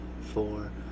four